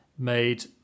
made